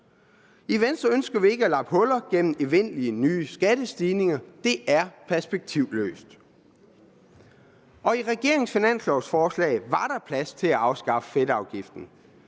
I Venstre ønsker vi ikke at lappe huller gennem evindelige nye skattestigninger. Det er perspektivløst. Og i regeringens finanslovforslag var der plads til at afskaffe fedtafgiften,